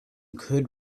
could